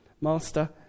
Master